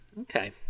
Okay